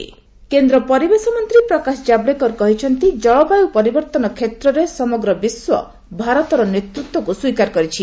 ପ୍ରକାଶ ଜାବଡେକର କେନ୍ଦ୍ର ପରିବେଶ ମନ୍ତ୍ରୀ ପ୍ରକାଶ ଜାବଡେକର କହିଛନ୍ତି ଜଳବାୟୁ ପରିବର୍ତ୍ତନ କ୍ଷେତ୍ରରେ ସମଗ୍ର ବିଶ୍ୱ ଭାରତର ନେତୃତ୍ୱକୁ ସ୍ୱୀକାର କରିଛି